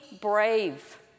brave